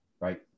right